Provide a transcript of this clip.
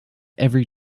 every